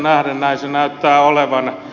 näin se näyttää olevan